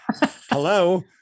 hello